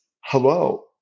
hello